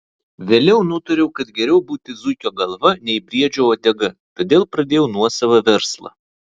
vėliau nutariau kad geriau būti zuikio galva nei briedžio uodega todėl pradėjau nuosavą verslą